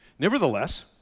Nevertheless